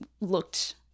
looked